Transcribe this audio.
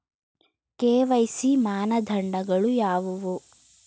KYC ಮಾನದಂಡಗಳು ಯಾವುವು?